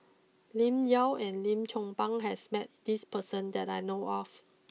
Lim Yau and Lim Chong Pang has met this person that I know of